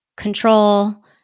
Control